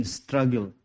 struggle